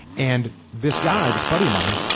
and this guy, this buddy of mine,